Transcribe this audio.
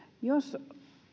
jos